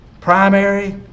Primary